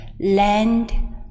land